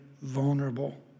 vulnerable